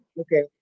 Okay